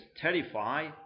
terrify